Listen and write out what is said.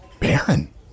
Baron